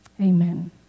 amen